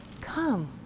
come